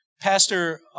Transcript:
Pastor